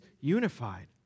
unified